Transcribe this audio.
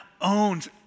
owns